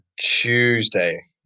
Tuesday